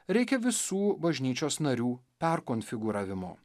reikia visų bažnyčios narių perkonfigūravimo